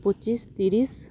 ᱯᱚᱪᱤᱥ ᱛᱤᱨᱤᱥ